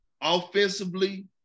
offensively